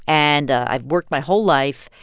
and i've worked my whole life.